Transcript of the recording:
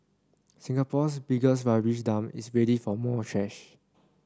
Singapore's biggest rubbish dump is ready for more trash